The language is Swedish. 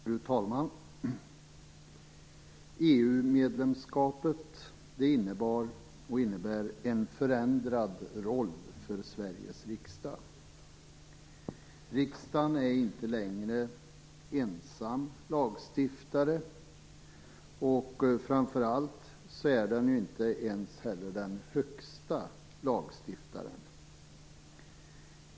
Fru talman! EU-medlemskapet innebar och innebär en förändrad roll för Sveriges riksdag. Riksdagen är inte längre ensam lagstiftare och framför allt inte ens den högsta lagstiftaren.